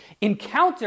encounter